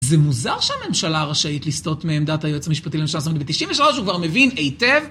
זה מוזר שהממשלה רשאית לסטות מעמדת היועץ המשפטי לממשלה, זאת אומרת ב-93' הוא כבר מבין היטב